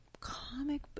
comic